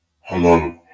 Hello